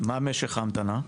מה משך ההמתנה?